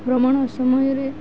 ଭ୍ରମଣ ସମୟରେ